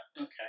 Okay